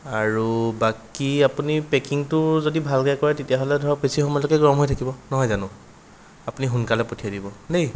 আৰু বাকী আপুনি পেকিংটো যদি ভালকে কৰে তেতিয়াহ'লে ধৰক বেছি সময়লৈকে গৰম হৈ থাকিব নহয় জানো আপুনি সোনকালে পঠিয়াই দিব দেই